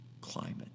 climate